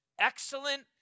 excellent